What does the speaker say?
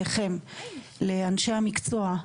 לאנשי המקצוע.